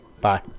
Bye